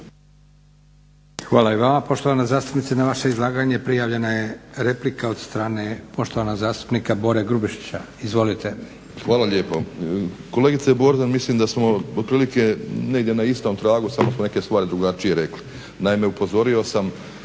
Hvala i vama poštovana zastupnice. Na vaše izlaganje prijavljena je replika od strane poštovanog zastupnika Bore Grubišića. Izvolite. **Grubišić, Boro (HDSSB)** Hvala lijepo. Kolegice Borzan, mislim da smo otprilike negdje na istom tragu samo smo neke stvari drugačije rekli. Naime, upozorio sam